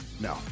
No